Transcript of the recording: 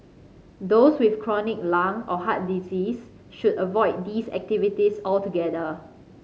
those with chronic lung or heart disease should avoid these activities altogether